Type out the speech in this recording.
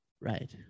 Right